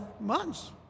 months